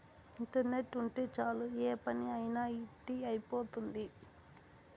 internet ఉంటే చాలు ఏ పని అయినా ఇట్టి అయిపోతుంది